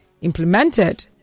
implemented